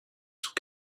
sous